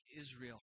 Israel